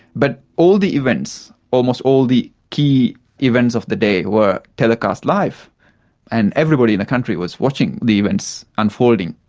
but all the events, almost all the key events of the day, were telecast live and everybody in the country was watching the events unfolding.